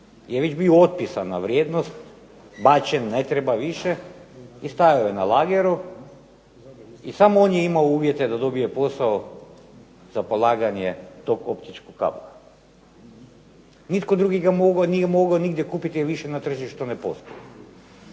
je već bio otpisana vrijednost, bačen, ne treba više, i stajao je na lageru, i samo on je imao uvjete da dobije posao za polaganje tog optičkog kabla. Nitko drugi ga nije mogao nigdje kupiti, jer više na tržištu ne postoji.